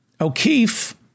O'Keefe